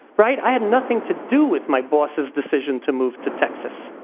right. i had nothing to do with my boss's decision to move to texas.